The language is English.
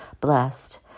blessed